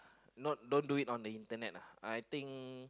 not don't do it on the internet uh I think